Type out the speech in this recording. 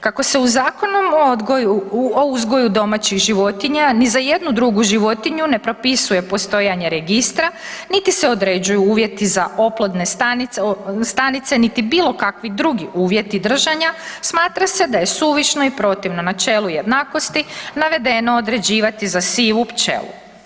Kako se u Zakonu o uzgoju domaćih životinja ni za jednu drugu životinju ne propisuje postojanje registra niti se određuju uvjeti za oplodne stanice, niti bilo kakvi drugi uvjeti držanja smatra se da je suvišno i protivno načelu jednakosti navedeno određivati za sivu pčelu.